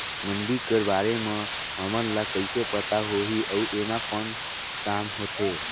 मंडी कर बारे म हमन ला कइसे पता होही अउ एमा कौन काम होथे?